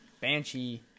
banshee